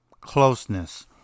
closeness